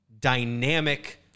dynamic